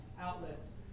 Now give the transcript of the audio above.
outlets